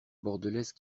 bordelaise